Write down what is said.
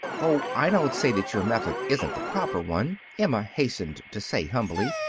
oh, i don't say that your method isn't the proper one, emma hastened to say humbly,